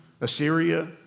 Assyria